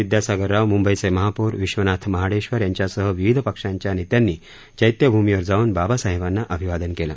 विदयासागर राव मुंबईचे महापौर विश्वनाथ महाडेश्वर यांच्यासह विविध पक्षाच्या नेत्यांनी चैत्यभूमीवर जाऊन बाबासाहेबांना अभिवादन केलं